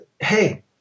hey